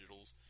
digitals